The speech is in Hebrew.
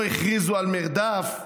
לא הכריזו על מרדף,